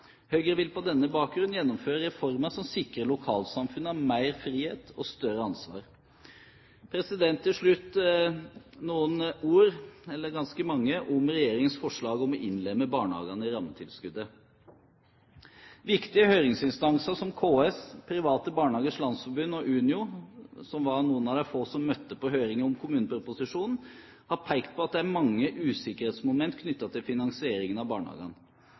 Høyre vil på denne bakgrunn gjennomføre reformer som sikrer lokalsamfunnene mer frihet og større ansvar. Til slutt noen ord – eller ganske mange ord – om regjeringens forslag om å innlemme barnehagene i rammetilskuddet. Viktige høringsinstanser som KS, Private Barnehagers Landsforbund og Unio, som var noen av de få som møtte på høringen om kommuneproposisjonen, har pekt på at det er mange usikkerhetsmomenter knyttet til finansieringen av barnehagene.